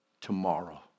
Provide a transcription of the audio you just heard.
tomorrow